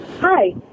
Hi